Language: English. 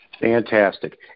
Fantastic